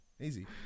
Easy